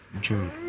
June